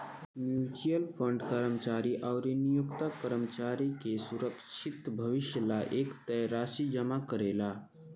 mutual fund कर्मचारी अउरी नियोक्ता कर्मचारी के सुरक्षित भविष्य ला एक तय राशि जमा करेला